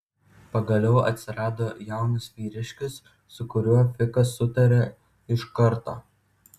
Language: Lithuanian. pagaliau atsirado jaunas vyriškis su kuriuo fikas sutarė iš karto